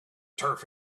turf